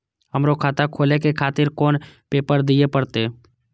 हमरो खाता खोले के खातिर कोन पेपर दीये परतें?